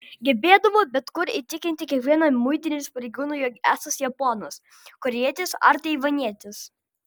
gebėdavo bet kur įtikinti kiekvieną muitinės pareigūną jog esąs japonas korėjietis ar taivanietis